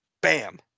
bam